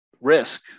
risk